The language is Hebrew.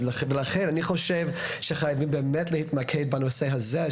לכן אני חושב שחייבים להתמקד בנושא הזה,